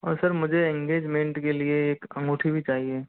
और सर मुझे इंगेजमेंट के लिए एक अंगूठी भी चाहिए